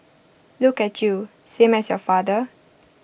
look at you same as your father